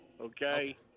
okay